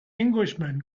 englishman